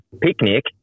picnic